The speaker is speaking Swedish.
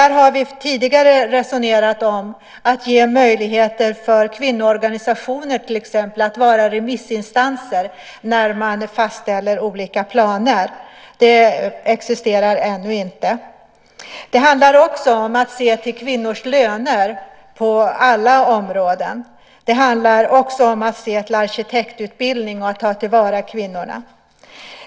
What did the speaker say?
Vi har tidigare resonerat om att ge möjligheter för till exempel kvinnoorganisationer att vara remissinstanser när man fastställer olika planer. Det existerar ännu inte. Det handlar om att se till kvinnors löner på alla området. Det handlar också om att ta till vara kvinnorna när det gäller arkitektutbildning.